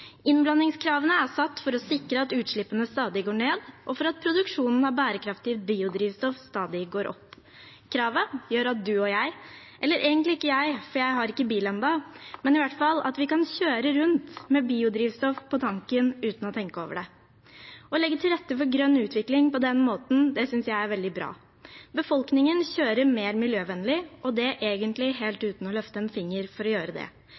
Innblandingskravene er satt for å sikre at utslippene stadig går ned, og at produksjonen av bærekraftig biodrivstoff stadig går opp. Kravene gjør at du og jeg – eller egentlig ikke jeg, for jeg har ikke bil ennå – kan kjøre rundt med biodrivstoff på tanken uten å tenke over det. Å legge til rette for grønn utvikling på den måten synes jeg er veldig bra. Befolkningen kjører mer miljøvennlig og egentlig helt uten å løfte en finger for å gjøre det.